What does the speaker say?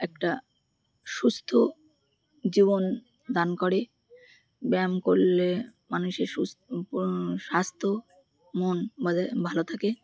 একটা সুস্থ জীবন দান করে ব্যায়াম করলে মানুষে স্বাস্থ্য মন ভালো থাকে